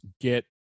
get